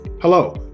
Hello